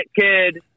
Kid